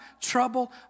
trouble